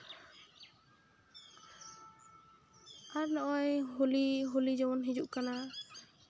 ᱟᱨ ᱱᱚᱜᱼᱚᱭ ᱦᱳᱞᱤ ᱦᱳᱞᱤ ᱡᱮᱢᱚᱱ ᱦᱤᱡᱩᱜ ᱠᱟᱱᱟ